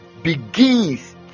begins